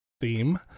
theme